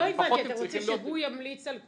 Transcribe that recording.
לא הבנתי, אתה רוצה שהוא ימליץ על כולם?